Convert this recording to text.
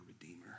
redeemer